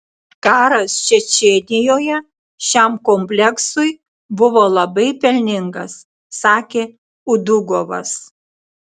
karas čečėnijoje šiam kompleksui buvo labai pelningas sakė udugovas